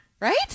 Right